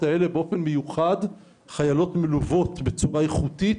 הנזכרים חיילות מלוות בצורה איכותית.